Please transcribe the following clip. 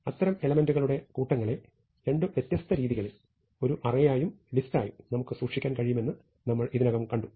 അത്തരം എലെമെന്റുകളുടെ കൂട്ടങ്ങളെ രണ്ട് വ്യത്യസ്ത രീതികളിൽ ഒരു അറേയായും ലിസ്റ്റായും നമുക്ക് സൂക്ഷിക്കാൻ കഴിയുമെന്ന് നമ്മൾ ഇതിനകം കണ്ടു